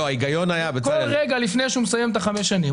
כל רגע לפני שהוא מסיים את חמש השנים,